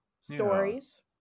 stories